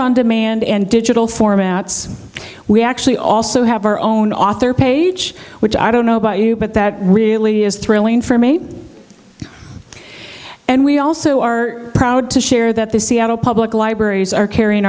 on demand and digital formats we actually also have our own author page which i don't know about you but that really is thrilling for me and we also are proud to share that the seattle public libraries are carrying